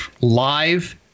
live